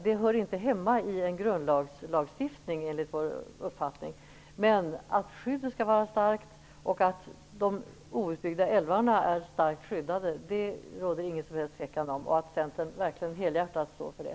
Det hör enligt vår uppfattning inte hemma i en grundlag. Men att skyddet skall vara starkt och att de outbyggda älvarna skall vara starkt skyddade råder det inga som helst tvivel om. Centern står helhjärtat bakom det.